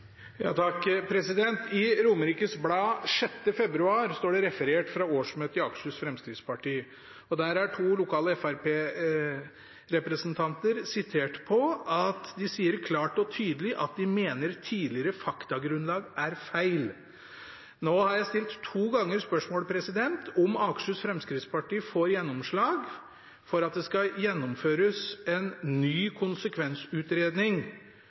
I Romerikes Blad den 6. februar står det referert fra årsmøtet i Akershus Fremskrittsparti. Og der er to lokale Fremskrittsparti-representanter sitert på at de sier klart og tydelig at de mener tidligere faktagrunnlag er feil. Nå har jeg to ganger stilt spørsmålet om Akershus Fremskrittsparti får gjennomslag for at det skal gjennomføres en ny konsekvensutredning